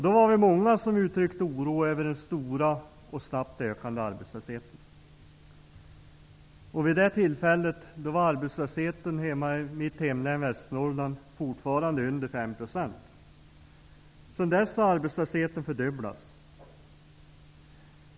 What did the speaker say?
Då var vi många som uttryckte oro över den stora och snabbt ökande arbetslösheten. Vid det tillfället var arbetslösheten i mitt hemlän Västernorrland fortfarande under 5 %. Sedan dess har arbetslösheten fördubblats.